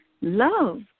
Love